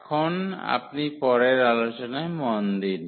এখন আপনি পরের আলোচনায় মন দিন